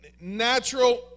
natural